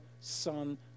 Son